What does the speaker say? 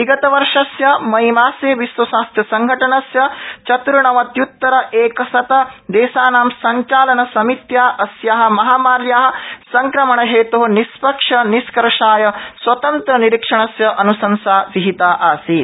विगतवर्षस्य मई मासे विश्वस्वास्थ्यसंघटनस्य चतुर्णवत्युत्तरैकशत देशानां संचालनसमित्या अस्या महामार्या संक्रमणहेतो निष्पक्ष निष्कर्षाय स्वतन्त्रनिरीक्षणस्य अनुशंसा विहिता आसीत्